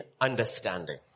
understanding